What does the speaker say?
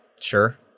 sure